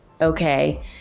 Okay